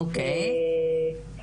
אוקיי.